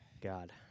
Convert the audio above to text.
God